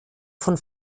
von